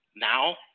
Now